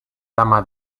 dama